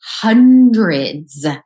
hundreds